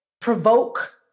provoke